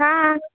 आआ